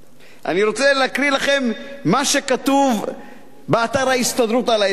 אני רוצה להקריא לכם מה שכתוב באתר ההסתדרות על ההסכם: